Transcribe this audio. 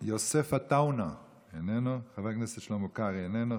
יוסף עטאונה, איננו, שלמה קרעי, איננו.